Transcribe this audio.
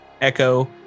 echo